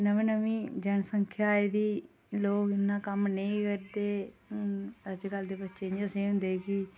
नमीं नमीं जनसंख्या आई दी ते लोग इन्ना कम्म नेईं करदे अजकल दे बच्चे इ'यां सेही होंदे कि